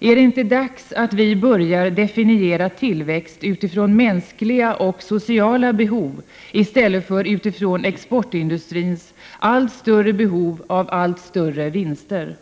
Är det inte dags att vi börjar definiera tillväxt utifrån mänskliga och sociala behov i stället för utifrån exportindustrins allt större behov av allt större vinster?